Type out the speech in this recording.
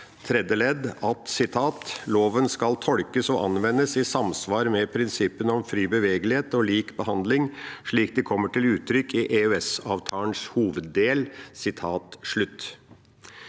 at «[l]oven skal tolkes og anvendes i samsvar med prinsippene om fri bevegelighet og lik behandling slik de kommer til uttrykk i EØS-avtalens hoveddel.»